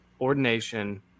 ordination